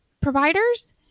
providers